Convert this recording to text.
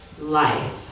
life